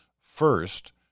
first